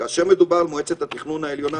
כאשר מדובר במועצת התכנון העליונה,